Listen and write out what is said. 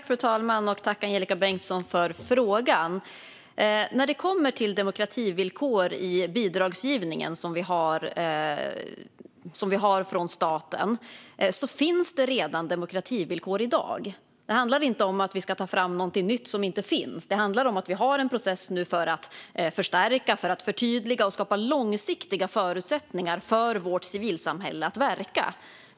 Fru talman! Jag tackar Angelika Bengtsson för frågan. När det kommer till demokrativillkor i bidragsgivningen från staten finns redan sådana i dag. Det handlar inte om att vi ska ta fram något nytt som inte finns, utan det handlar om att det finns en process för att förstärka, förtydliga och skapa långsiktiga förutsättningar för vårt civilsamhälle att verka.